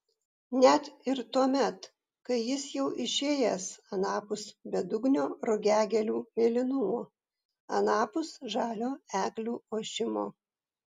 net ir tuomet kai jis jau išėjęs anapus bedugnio rugiagėlių mėlynumo anapus žalio eglių ošimo